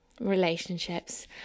Relationships